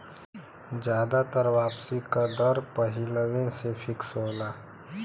जादातर वापसी का दर पहिलवें से फिक्स होला